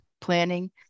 Planning